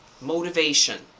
motivation